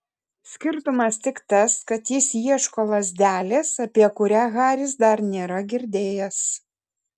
skirtumas tik tas kad jis ieško lazdelės apie kurią haris dar nėra girdėjęs